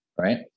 right